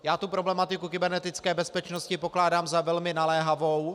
Já problematiku kybernetické bezpečnosti pokládám za velmi naléhavou.